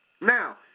Now